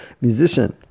musician